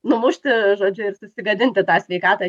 numušti žodžiu ir susigadinti sveikatą